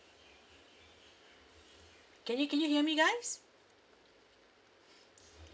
can you can you hear me guys